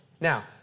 Now